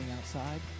outside